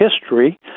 history